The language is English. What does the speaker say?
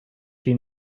she